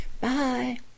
Bye